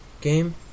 game